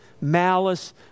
malice